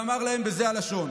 ואמר להם בזו הלשון: